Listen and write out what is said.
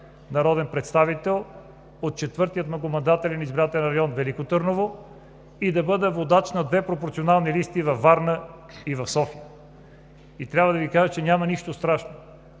народен представител от Четвърти многомандатен избирателен район – Велико Търново, и да бъда водач на две пропорционални листи във Варна и в София. Трябва да Ви кажа, че няма нищо страшно.